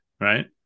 right